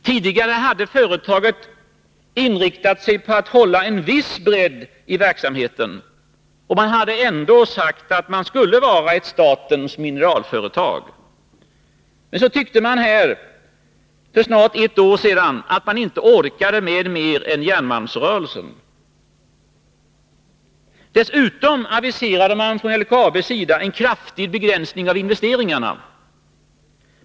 Tidigare hade företaget inriktat sig på att hålla en viss bredd i verksamheten; man hade sagt att man skulle vara ett ”statens mineralföretag”. Men sedan tyckte man för snart ett år sedan att man inte orkade med mer än järnmalmsrörelsen. Dessutom aviserade man från LKAB:s sida en kraftig begränsning av investeringarna.